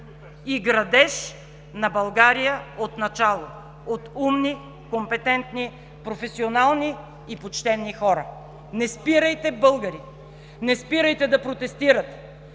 и градеж на България отначало от умни, компетентни, професионални и почтени хора. Не спирайте, българи, не спирайте да протестирате!